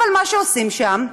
אבל מה שעושים שם,